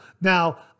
Now